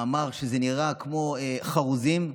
מאמר, שנראה כמו חרוזים,